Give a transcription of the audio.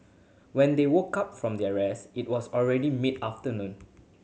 when they woke up from their rest it was already mid afternoon